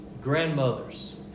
grandmothers